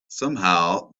somehow